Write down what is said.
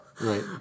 Right